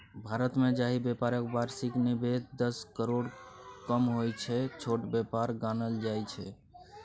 भारतमे जाहि बेपारक बार्षिक निबेश दस करोड़सँ कम होइ छै छोट बेपार गानल जाइ छै